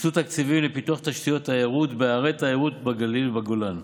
הוקצו תקציבים לפיתוח תשתיות תיירות בערי תיירות בגליל ובגולן,